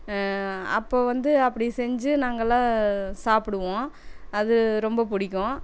அப்போது வந்து அப்படி செஞ்சு நாங்கெல்லாம் சாப்பிடுவோம் அது ரொம்ப பிடிக்கும்